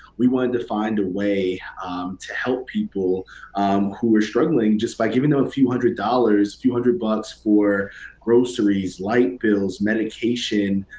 we wanted to find a way help people who are struggling just by giving them a few hundred dollars, few hundred bucks, for groceries, light bills, medication.